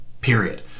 period